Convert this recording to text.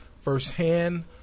firsthand